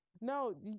No